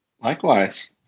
Likewise